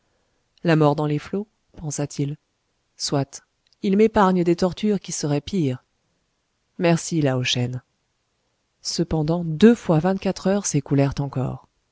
la mort dans les flots pensa-t-il soit ils m'épargnent des tortures qui seraient pires merci lao shen cependant deux fois vingt-quatre heures s'écoulèrent encore